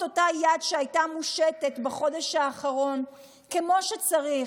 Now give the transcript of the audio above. אותה יד שהייתה מושטת בחודש האחרון כמו שצריך,